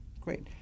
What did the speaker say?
Great